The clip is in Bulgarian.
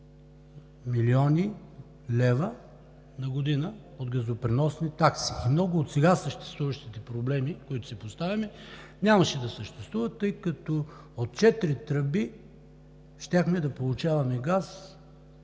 милиони лева на година от газопреносни такси. Много от сега съществуващите проблеми, които си поставяме сега, нямаше да съществуват, тъй като от четири тръби щяхме да получаваме газ